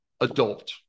adult